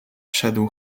szedł